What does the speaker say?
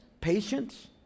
patience